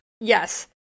Yes